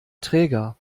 träger